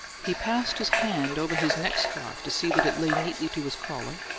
he passed his hand over his neck-scarf to see that it lay neatly to his collar,